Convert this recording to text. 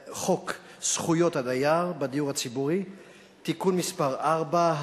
זכויות הדייר בדיור הציבורי (תיקון מס' 4),